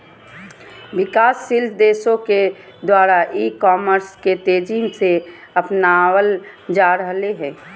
विकासशील देशों के द्वारा ई कॉमर्स के तेज़ी से अपनावल जा रहले हें